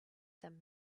them